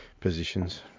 positions